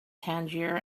tangier